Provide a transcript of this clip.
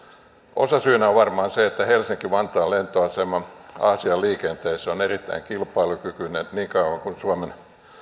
osasyynä on varmaan se että helsinki vantaan lentoasema aasian liikenteessä on erittäin kilpailukykyinen niin kauan kuin suomen